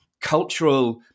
cultural